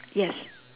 yes